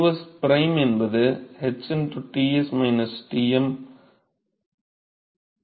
qsprime என்பது h Ts Tm என்பதை எளிதாக நாம் அறிவோம்